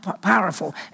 powerful